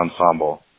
Ensemble